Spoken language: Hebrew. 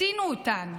הקטינו אותן.